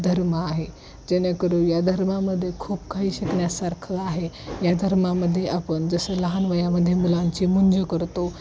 धर्म आहे जेणेकरून या धर्मामध्ये खूप काही शिकण्यासारखं आहे या धर्मामध्ये आपण जसं लहान वयामध्ये मुलांची मुंज करतो